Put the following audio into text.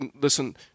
listen